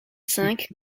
cinq